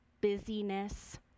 busyness